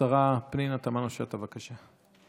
השרה פנינה תמנו שטה, בבקשה.